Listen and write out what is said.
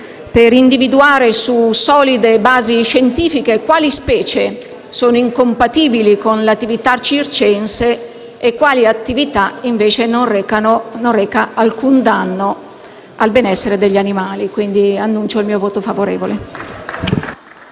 per individuare, su solide basi scientifiche, quali specie sono incompatibili con l'attività circense e quale attività, invece, non reca alcun danno al benessere degli animali. Annuncio, quindi, il mio voto favorevole.